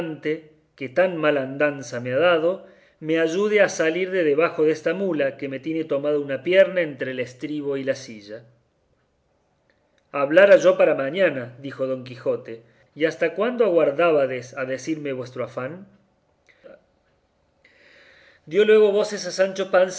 suplico a vuestra merced señor caballero andante que tan mala andanza me ha dado me ayude a salir de debajo desta mula que me tiene tomada una pierna entre el estribo y la silla hablara yo para mañana dijo don quijote y hasta cuándo aguardábades a decirme vuestro afán dio luego voces a sancho panza